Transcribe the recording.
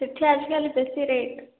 ସେଇଠି ଆଜିକାଲି ବେଶୀ ରେଟ୍